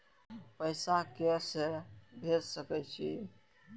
पैसा के से भेज सके छी?